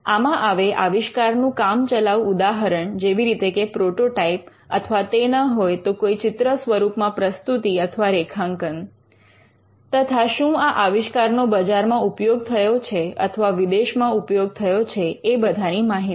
આમાં આવે આવિષ્કારનું કામચલાઉ ઉદાહરણ જેવી રીતે કે પ્રોટોટાઇપ અથવા તે ન હોય તો કોઈ ચિત્ર સ્વરૂપમાં પ્રસ્તુતિ અથવા રેખાંકન તથા શું આ આવિષ્કારનો બજારમાં ઉપયોગ થયો છે અથવા વિદેશમાં ઉપયોગ થયો છે એ બધાની માહિતી